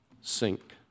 sink